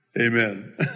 Amen